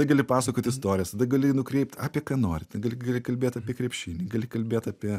tada gali pasakot istorijas tada gali nukreipt apie ką nori ten gali gali kalbėt apie krepšinį gali kalbėt apie